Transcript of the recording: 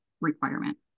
requirement